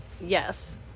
yes